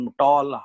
tall